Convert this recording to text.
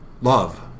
love